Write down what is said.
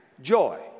joy